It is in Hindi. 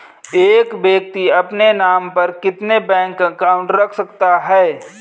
एक व्यक्ति अपने नाम पर कितने बैंक अकाउंट रख सकता है?